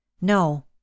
No